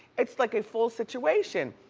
it's like a full situation.